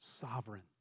Sovereign